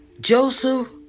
Joseph